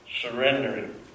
surrendering